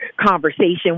conversation